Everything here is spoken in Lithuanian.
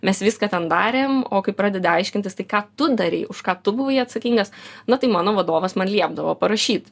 mes viską ten darėm o kai pradedi aiškintis tai ką tu darei už ką tu buvai atsakingas na tai mano vadovas man liepdavo parašyt